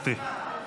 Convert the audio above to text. גבירתי.